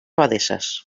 abadesses